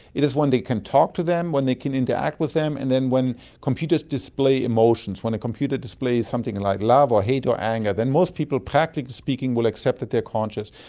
it's when they can talk to them, when they can interact with them, and then when computers display emotions, when a computer displays something like love or hate or anger, then most people practically speaking will accept that they are conscious,